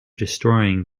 destroying